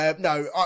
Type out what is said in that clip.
No